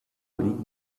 liegt